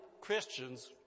Christians